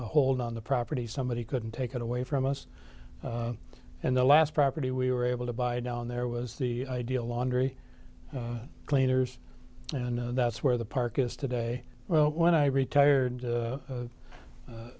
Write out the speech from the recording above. hold on the property somebody couldn't take it away from us and the last property we were able to buy down there was the ideal laundry cleaners and that's where the park is today well when i retired